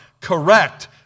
correct